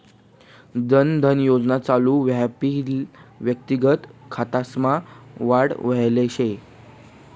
जन धन योजना चालू व्हवापईन व्यक्तिगत खातासमा वाढ व्हयल शे